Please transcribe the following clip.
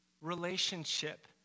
Relationship